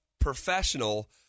professional